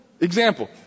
Example